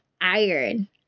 iron